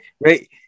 right